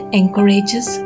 encourages